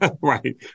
Right